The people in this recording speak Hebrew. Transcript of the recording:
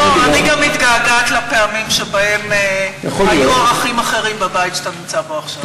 אני גם מתגעגעת לפעמים שבהן היו ערכים אחרים בבית שאתה נמצא בו עכשיו.